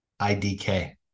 IDK